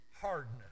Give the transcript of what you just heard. hardness